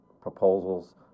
proposals